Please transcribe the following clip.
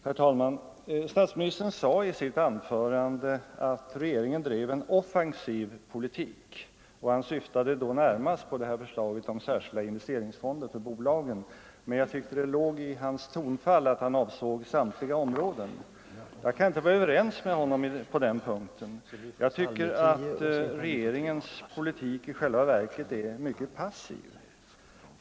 Herr talman! Statsministern sade i sitt anförande att regeringen drev en offensiv politik. Han syftade då närmast på förslaget om en särskild investeringsfond för bolagen, men jag tyckte att det låg i hans tonfall att han avsåg samtliga områden. Jag kan inte vara överens med honom på den punkten; jag tycker att regeringens politik i själva verket är mycket passiv.